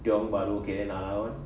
tiong bahru okay then another one